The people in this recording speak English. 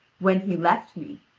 when he left me,